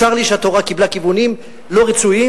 צר לי שהתורה קיבלה כיוונים לא רצויים,